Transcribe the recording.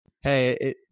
hey